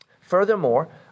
Furthermore